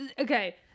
okay